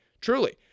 truly